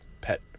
pet